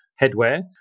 headwear